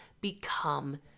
become